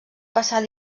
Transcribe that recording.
passar